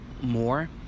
more